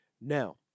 Now